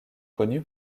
connu